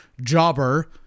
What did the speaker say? jobber